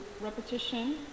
repetition